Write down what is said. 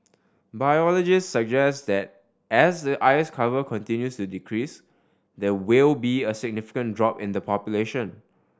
biologists suggest that as the ice cover continues to decrease there will be a significant drop in the population